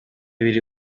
biri